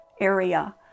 area